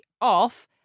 off